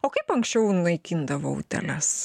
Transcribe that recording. o kaip anksčiau naikindavo utėles